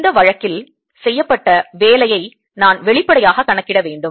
இந்த வழக்கில் செய்யப்பட்ட வேலையை நான் வெளிப்படையாகக் கணக்கிட வேண்டும்